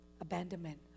abandonment